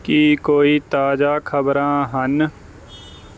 ਕੀ ਕੋਈ ਤਾਜ਼ਾ ਖ਼ਬਰਾਂ ਹਨ